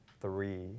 three